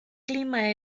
clima